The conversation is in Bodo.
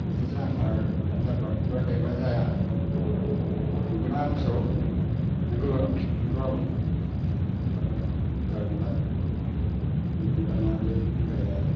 बिदि जाथारा जाब्बा जुब्बा गायब्ला जाया नंगौना फिसौ नंगौ आबौ दा जाबाय नालाय ओमफ्राय दाना बे बोराया